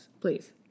please